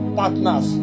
partners